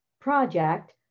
project